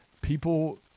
people